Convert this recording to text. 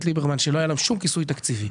ליברמן שלא היה להן שום כיסוי תקציבי.